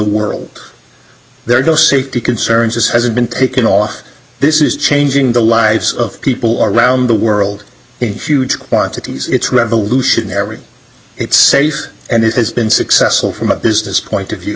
world there are no safety concerns as hasn't been taken off this is changing the lives of people all around the world in huge quantities it's revolutionary it's safe and it has been successful from a business point of view